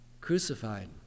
crucified